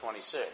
26